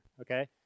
okay